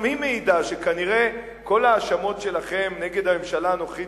גם היא מעידה שכנראה כל ההאשמות שלכם נגד הממשלה הנוכחית